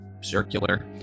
circular